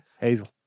Hazel